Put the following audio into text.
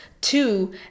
Two